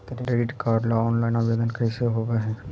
Credit card ल online आवेदन कैसे होब है?